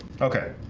okay?